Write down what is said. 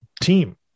team